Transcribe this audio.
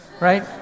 Right